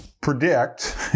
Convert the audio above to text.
predict